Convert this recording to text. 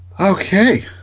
Okay